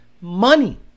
money